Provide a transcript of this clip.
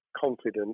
confident